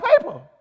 paper